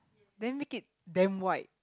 then make it damn white